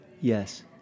Yes